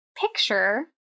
picture